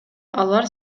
алар